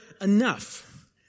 enough